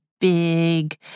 big